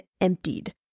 emptied